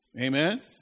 Amen